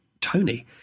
Tony